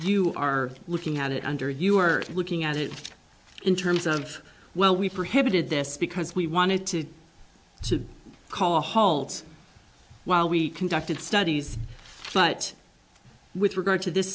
you are looking at it under you are looking at it in terms of well we prohibited this because we wanted to call a halt while we conducted studies but with regard to this